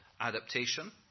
adaptation